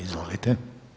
Izvolite.